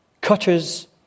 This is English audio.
cutters